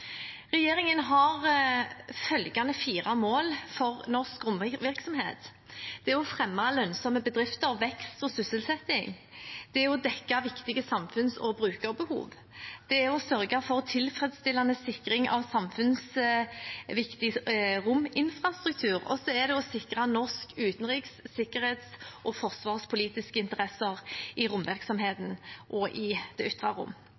Regjeringen har følgende fire mål for norsk romvirksomhet: å fremme lønnsomme bedrifter, vekst og sysselsetting å dekke viktige samfunns- og brukerbehov. å sørge for tilfredsstillende sikring av samfunnsviktig rominfrastruktur å sikre norske utenriks-, sikkerhets- og forsvarspolitiske interesser i romvirksomhet og det ytre rom